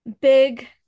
big